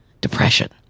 depression